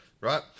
right